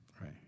Right